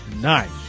Nice